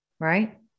right